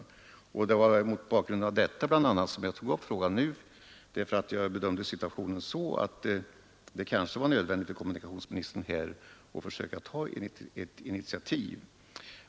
Det var bl.a. med tanke på detta jag tog upp frågan nu, eftersom jag bedömde situationen så, att det kanske var nödvändigt för kommunikationsministern att här försöka ta ett initiativ.